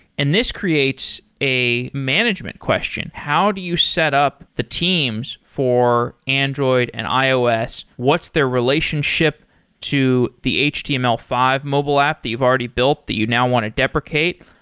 and this creates a management question. how do you set up the teams for android and ios? what's their relationship to the h t m l five mobile app that you've already built that you now want to deprecate?